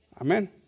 Amen